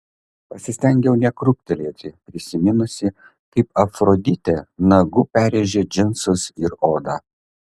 pasistengiau nekrūptelėti prisiminusi kaip afroditė nagu perrėžė džinsus ir odą